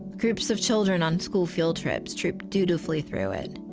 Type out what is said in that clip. groups of children on school field trips, trip dutifully through it.